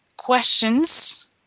questions